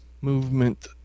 movement